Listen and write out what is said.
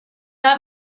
let